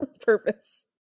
purpose